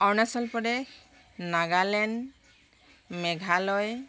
Arunachal Pradesh Nagaland Meghalaya